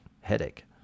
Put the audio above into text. headache